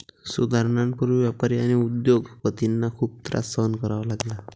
सुधारणांपूर्वी व्यापारी आणि उद्योग पतींना खूप त्रास सहन करावा लागला